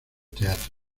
teatros